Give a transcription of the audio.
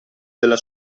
della